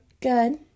Good